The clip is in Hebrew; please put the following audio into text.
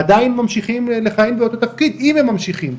עדיין ממשיכים לכהן באותו תפקיד אם הם ממשיכים.